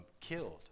killed